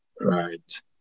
Right